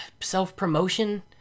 self-promotion